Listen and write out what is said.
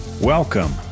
Welcome